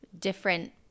different